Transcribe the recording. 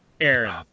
Aaron